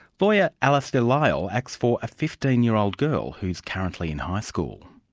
lawyer alistair lyall acts for a fifteen year old girl who's currently in high school.